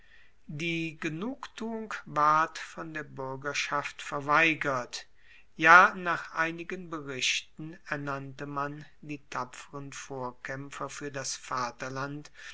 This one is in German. die genugtuung ward von der buergerschaft verweigert ja nach einigen berichten ernannte man die tapferen vorkaempfer fuer das vaterland